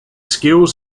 skills